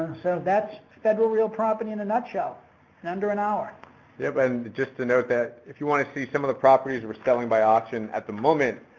so, that's federal real property in a nutshell, in under an hour. yep and just to note that if you want to see some of the properties we're selling by auction at the moment,